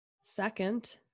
second